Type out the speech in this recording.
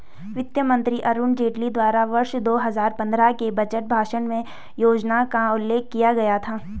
वित्त मंत्री अरुण जेटली द्वारा वर्ष दो हजार पन्द्रह के बजट भाषण में योजना का उल्लेख किया गया था